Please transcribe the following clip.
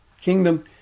Kingdom